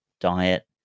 diet